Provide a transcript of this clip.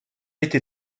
été